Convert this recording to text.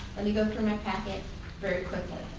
let me go through my packet very quickly.